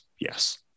Yes